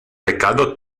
pecado